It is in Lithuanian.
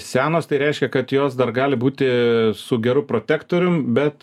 senos tai reiškia kad jos dar gali būti su geru protektorium bet